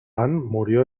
murió